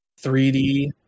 3d